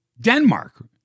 Denmark